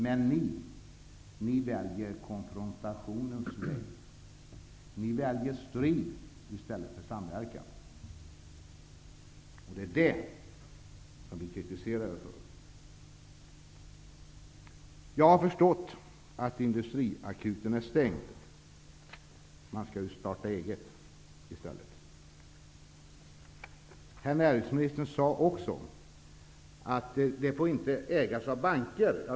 Men ni väljer konfrontationens väg. Ni väljer strid i stället för samverkan. Det är detta som vi kritiserar er för. Jag har förstått att industriakuten är stängd. Man skall ju starta eget i stället. Herr näringsministern sade också att detta inte får ägas av banker.